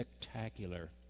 spectacular